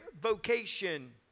vocation